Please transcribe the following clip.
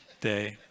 day